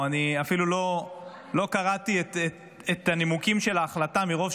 אני אפילו לא קראתי את הנימוקים של ההחלטה מרוב